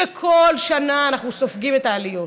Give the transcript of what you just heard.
שכל שנה אנחנו סופגים את העליות,